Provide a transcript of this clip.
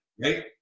right